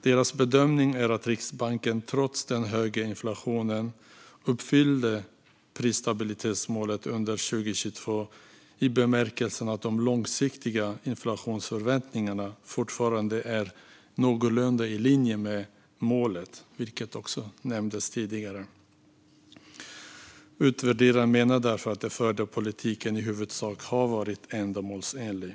Deras bedömning är att Riksbanken trots den höga inflationen uppfyllde prisstabilitetsmålet under 2022 i bemärkelsen att de långsiktiga inflationsförväntningarna fortfarande är någorlunda i linje med målet, vilket också nämndes tidigare. Utvärderarna menar därför att den förda politiken i huvudsak har varit ändamålsenlig.